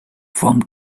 from